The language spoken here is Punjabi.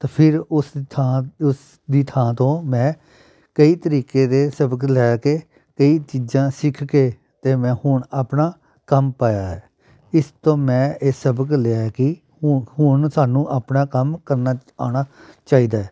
ਤਾਂ ਫਿਰ ਉਸ ਥਾਂ ਉਸ ਦੀ ਥਾਂ ਤੋਂ ਮੈਂ ਕਈ ਤਰੀਕੇ ਦੇ ਸਬਕ ਲੈ ਕੇ ਕਈ ਚੀਜ਼ਾਂ ਸਿੱਖ ਕੇ ਅਤੇ ਮੈਂ ਹੁਣ ਆਪਣਾ ਕੰਮ ਪਾਇਆ ਹੈ ਇਸ ਤੋਂ ਮੈਂ ਇਹ ਸਬਕ ਲਿਆ ਕਿ ਹੁ ਹੁਣ ਸਾਨੂੰ ਆਪਣਾ ਕੰਮ ਕਰਨਾ ਆਉਣਾ ਚਾਹੀਦਾ ਹੈ